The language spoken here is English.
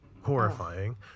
horrifying